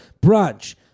brunch